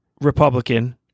Republican